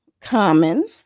Common